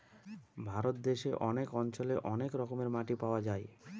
ভারত দেশে অনেক অঞ্চলে অনেক রকমের মাটি পাওয়া যায়